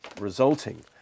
resulting